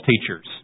teachers